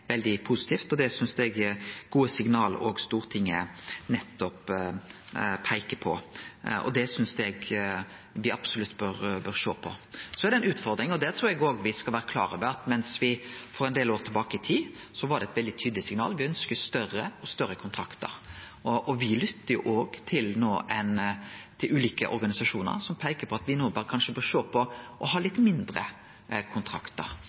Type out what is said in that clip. veldig positivt. Det synest eg er gode signal, som òg Stortinget peiker på, og det synest eg me absolutt bør sjå på. Det er ei utfordring, og det trur eg òg me skal vere klar over, at det for ein del år tilbake i tid var eit veldig tydeleg signal at «me ønskjer større og større kontraktar», men me lyttar jo òg til ulike organisasjonar som peiker på at me no kanskje bør sjå på det å ha litt mindre kontraktar.